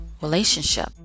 relationship